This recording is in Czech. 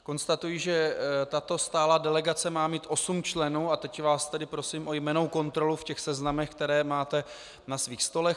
Konstatuji, že tato stálá delegace má mít osm členů, a teď vás tedy prosím o jmennou kontrolu v seznamech, které máte na svých stolech.